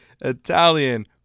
Italian